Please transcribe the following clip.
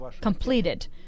completed